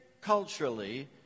culturally